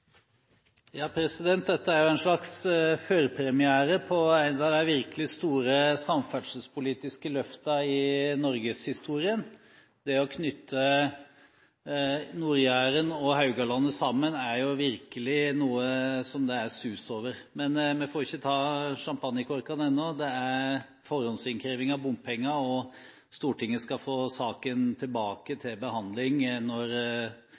en slags førpremiere på en av de virkelig store samferdselspolitiske løftene i norgeshistorien. Det å knytte Nord-Jæren og Haugalandet sammen er virkelig noe som det er sus over. Men vi må ikke sprette sjampanjen ennå. Det er forhåndsinnkreving av bompenger, og Stortinget skal få saken tilbake til behandling når